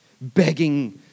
begging